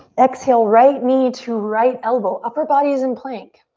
exhale, right knee to right elbow. upper body is in plank.